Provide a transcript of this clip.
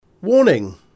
Warning